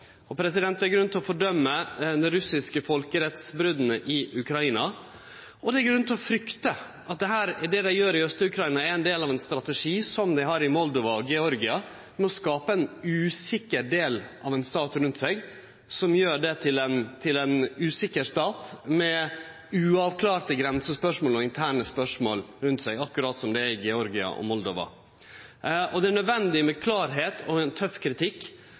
i Europa. Det er grunn til å fordømme dei russiske folkerettsbrota i Ukraina, og det er grunn til å frykte at det dei gjer i Aust-Ukraina, er ein del av ein strategi som dei har i Moldova og i Georgia, som går ut på å skape ein usikker del av ein stat rundt seg, som gjer det til ein usikker stat med uavklarte grensespørsmål og interne spørsmål rundt seg, akkurat som det er i Georgia og Moldova. Det er nødvendig med klarleik og ein tøff kritikk,